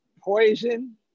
poison